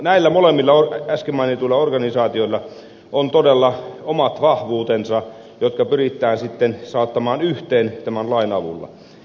näillä molemmilla äsken mainituilla organisaatioilla on todella omat vahvuutensa jotka pyritään saattaman yhteen tämän lain avulla